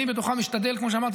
כמו שאמרתי,